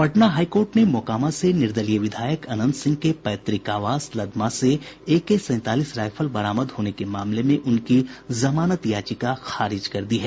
Patna high court ने मोकामा से निर्दलीय विधायक अनंत सिंह के पैतृक आवास लदमा से एके सैंतालीस रायफल बरामद होने के मामले में उनकी जमानत याचिका खारिज कर दी है